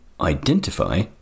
identify